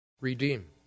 Redeem